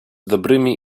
dobrymi